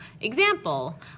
Example